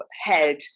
head